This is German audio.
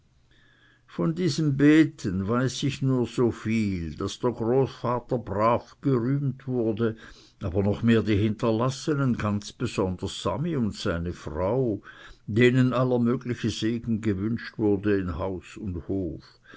von diesem beten weiß ich nur so viel daß der großvater brav gerühmt wurde aber noch mehr die hinterlassenen ganz besonders sami und seine frau denen aller mögliche segen gewünscht wurde in haus und hof